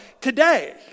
today